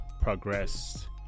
progressed